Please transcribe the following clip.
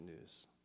news